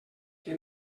que